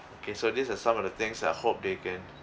okay so these are some of the things that I hope they can